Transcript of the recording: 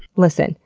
listen,